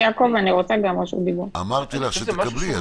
אני חושב שזה משהו שהוא מידתי יותר.